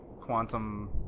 quantum